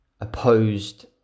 opposed